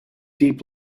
deep